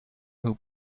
who